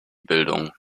bildung